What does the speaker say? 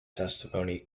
testimony